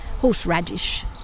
horseradish